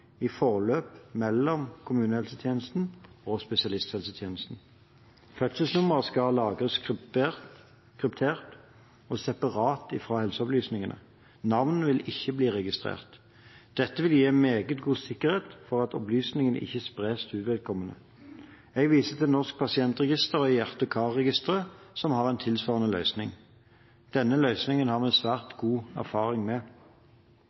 i forløp mellom kommunehelsetjenesten og spesialisthelsetjenesten. Fødselsnummer skal lagres kryptert og separat ifra helseopplysningene. Navn vil ikke bli registrert. Dette vil gi meget god sikkerhet for at opplysningene ikke spres til uvedkommende. Jeg viser til Norsk pasientregister og Hjerte- og karregisteret, som har en tilsvarende løsning. Denne løsningen har vi svært god erfaring med.